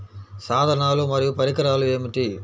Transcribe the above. సాధనాలు మరియు పరికరాలు ఏమిటీ?